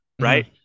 right